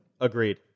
agreed